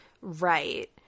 Right